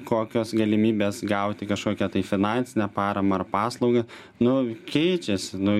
kokios galimybės gauti kažkokią tai finansinę paramą ar paslaugą nu keičiasi nu